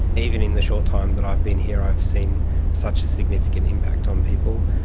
even in the short time that i've been here, i've seen such a significant impact on people.